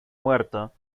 muerto